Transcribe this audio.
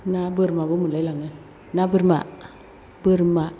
ना बोरमाबो मोनलायलाङो ना बोरमा बोरमा